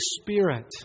Spirit